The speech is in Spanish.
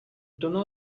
tono